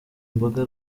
mboga